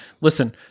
Listen